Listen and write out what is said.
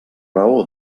raó